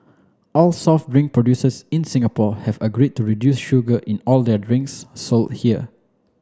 all soft drink producers in Singapore have agreed to reduce sugar in all their drinks sold here